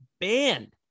banned